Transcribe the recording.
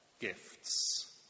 gifts